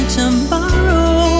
tomorrow